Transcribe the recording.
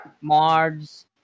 mods